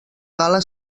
gala